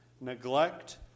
neglect